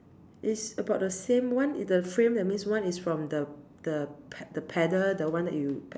it's about the same one the frame that means one from the the pe~ the pedal that one that you p~